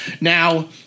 Now